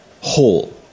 whole